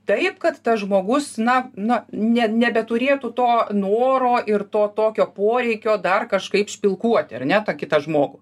taip kad tas žmogus na na ne nebeturėtų to noro ir to tokio poreikio dar kažkaip špilkuoti ar ne tą kitą žmogų